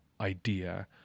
idea